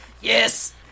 Yes